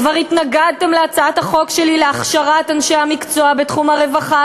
כבר התנגדתם להצעת החוק שלי להכשרת אנשי המקצוע בתחום הרווחה,